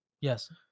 Yes